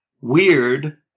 weird